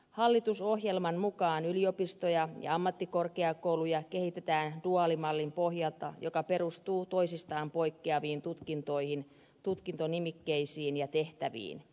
hallitusohjelman mukaan yliopistoja ja ammattikorkeakou luja kehitetään duaalimallin pohjalta joka perustuu toisistaan poikkeaviin tutkintoihin tutkintonimikkeisiin ja tehtäviin